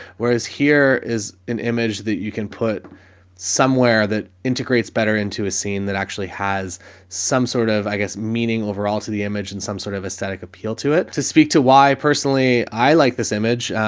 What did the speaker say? whereas here is an image that you can put somewhere that integrates better into a scene that actually has some sort of, i guess meaning overall to the image and some sort of aesthetic appeal to it to speak to why personally, i like this image.